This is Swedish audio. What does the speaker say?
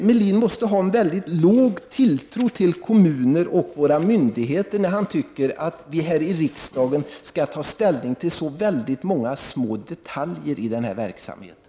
Melin måste ha en mycket låg tilltro till kommuner och myndigheter, eftersom han tycker att vi i riksdagen skall ta ställning till så många små detaljer i den här verksamheten.